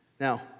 Now